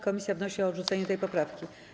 Komisja wnosi o odrzucenie tej poprawki.